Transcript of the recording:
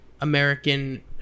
American